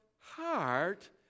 heart